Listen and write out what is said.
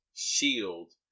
shield